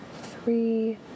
three